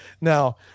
Now